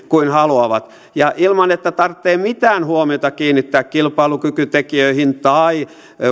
kuin haluavat ja ilman että tarvitsee mitään huomiota kiinnittää kilpailukykytekijöihin tai